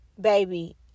baby